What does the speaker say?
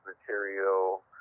material